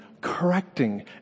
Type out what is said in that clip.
correcting